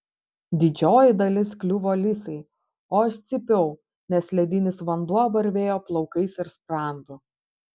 didžioji dalis kliuvo lisai o aš cypiau nes ledinis vanduo varvėjo plaukais ir sprandu